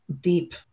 deep-